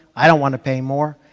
i don't want to pay more.